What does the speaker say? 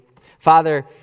Father